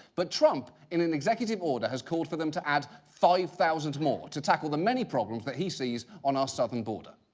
but trump, in an executive order, has called for them to add five thousand more, to tackle the many problems that he sees on our southern border.